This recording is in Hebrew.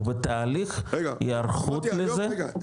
הוא בתהליך הערכות לזה --- רגע,